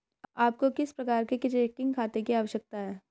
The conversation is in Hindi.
आपको किस प्रकार के चेकिंग खाते की आवश्यकता है?